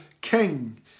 king